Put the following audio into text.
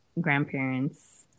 grandparents